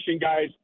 guys